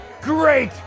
Great